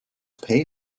pay